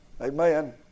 Amen